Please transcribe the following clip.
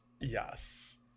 Yes